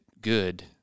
good